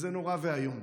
זה נורא ואיום,